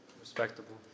Respectable